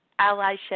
allyship